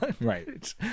Right